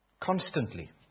Constantly